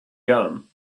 gum